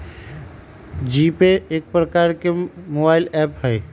GPay एक प्रकार के मोबाइल ऐप हइ